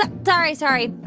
ah sorry, sorry.